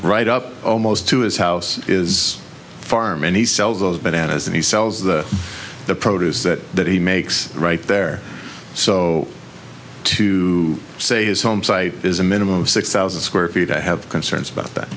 right up almost to his house is farm and he sells those bananas and he sells the the produce that that he makes right there so so to say his home site is a minimum of six thousand square feet i have concerns about that